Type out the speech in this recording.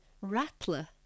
rattler